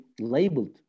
labeled